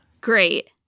Great